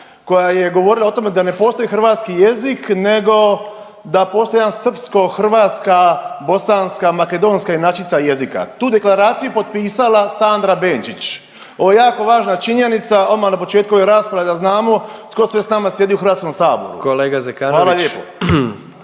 koja je govorila o tome da ne postoji hrvatski jezik nego da postoji jedan srpsko-hrvatska-bosanska-makedonska inačica jezika. Tu deklaraciju je potpisala Sandra Benčić. Ovo je jako važna činjenica, odmah na početku ove rasprave da znamo tko sve s nama sjedi u Hrvatskom saboru. Hvala lijepo.